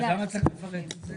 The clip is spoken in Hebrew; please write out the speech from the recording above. אז למה צריך לפרט את זה?